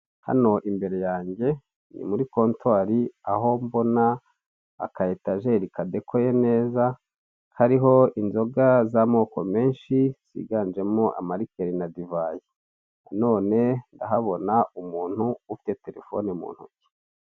Hano imbere yange ni muri kontwari aho mbona akaetajeri kadekoye neza, hariho inzoga z'amoko menshi ziganjemo amalikeri na divayi. Nanone ndahabona umuntu ufite telefone mu ntoki.